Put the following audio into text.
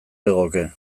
legoke